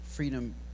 Freedom